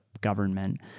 government